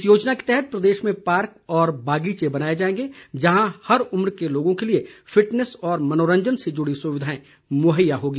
इस योजना के तहत प्रदेश में पार्क और बागीचे बनाए जाएंगे जहां हर उम्र के लोगों के लिए फिटनेस और मनोरंजन से जुड़ी सुविधाएं मुहैया होगी